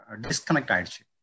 disconnect